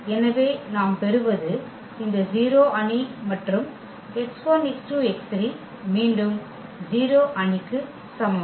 எனவே நாம் பெறுவது இந்த 0 அணி மற்றும் மீண்டும் 0 அணிக்கு சமம்